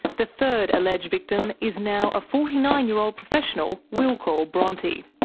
the third alleged victim is now a forty nine year old professional we'll call bronte.